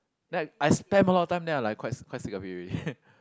like I spam a lot time then I like quite si~ quite sick of it already